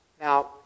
Now